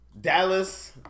Dallas